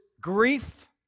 grief